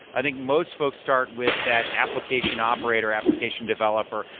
i think most folks start with that application operator application developer.